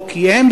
או כי הם,